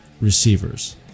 receivers